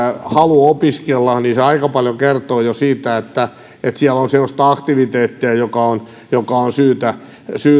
halu opiskella se aika paljon kertoo jo siitä että siellä on semmoista aktiviteettia joka on joka on syytä